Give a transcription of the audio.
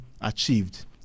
achieved